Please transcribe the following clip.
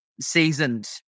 seasoned